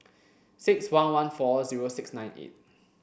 six one one four zero six nine eight